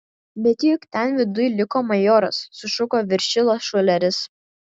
bet juk ten viduj liko majoras sušuko viršila šuleris